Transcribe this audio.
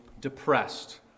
depressed